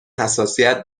حساسیت